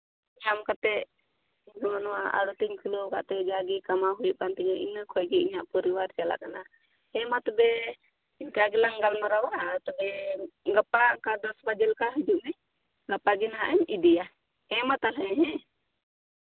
ᱧᱟᱢ ᱠᱟᱛᱮᱫ ᱤᱧ ᱦᱚᱸ ᱱᱚᱣᱟ ᱟᱲᱚᱛᱤᱧ ᱠᱷᱩᱞᱟᱹᱣ ᱠᱟᱜ ᱛᱮ ᱡᱟᱜᱮ ᱠᱟᱢᱟᱣ ᱦᱩᱭᱩᱜ ᱠᱟᱱ ᱛᱤᱧᱟᱹ ᱤᱱᱟᱹ ᱠᱷᱚᱱ ᱜᱮ ᱯᱚᱨᱤᱵᱟᱨ ᱪᱟᱞᱟᱜ ᱠᱟᱱᱟ ᱦᱮᱸ ᱢᱟ ᱛᱚᱵᱮ ᱮᱱᱠᱟ ᱜᱮᱞᱟᱝ ᱜᱟᱞᱢᱟᱨᱟᱣᱟ ᱟᱫᱚ ᱛᱚᱵᱮ ᱜᱟᱯᱟ ᱚᱱᱠᱟ ᱫᱚᱥ ᱵᱟᱡᱮ ᱞᱮᱠᱟ ᱦᱤᱡᱩᱜ ᱢᱮ ᱜᱟᱯᱟ ᱜᱮ ᱱᱟᱜᱼᱮᱢ ᱤᱫᱤᱭᱟ ᱦᱮᱸ ᱢᱟ ᱛᱟᱦᱞᱮ ᱦᱮᱸ